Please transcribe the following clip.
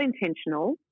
intentional